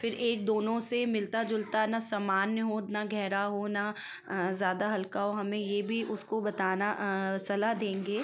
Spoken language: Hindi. फिर एक दोनों से मिलता जुलता न सामान्य हो न गहरा हो न ज़्यादा हल्का हमें यह भी उसको बताना सलाह देंगे